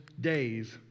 days